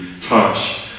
touch